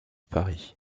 paris